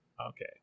Okay